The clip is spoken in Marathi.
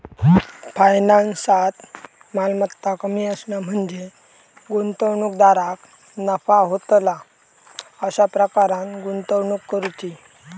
फायनान्सात, मालमत्ता कमी असणा म्हणजे गुंतवणूकदाराक नफा होतला अशा प्रकारान गुंतवणूक करुची